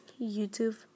YouTube